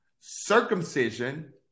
circumcision